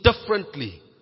differently